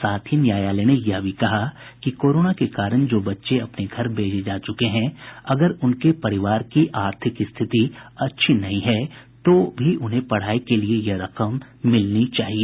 साथ ही न्यायालय ने यह भी कहा कि कोरोना के कारण जो बच्चे अपने घर भेजे जा चुके हैं अगर उनके परिवार की स्थिति अच्छी नहीं है तो उन्हें भी पढ़ाई के लिये यह रकम मिलनी चाहिए